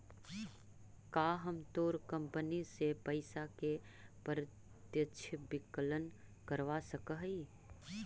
का हम तोर कंपनी से पइसा के प्रत्यक्ष विकलन करवा सकऽ हिअ?